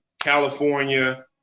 California